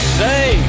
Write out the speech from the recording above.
say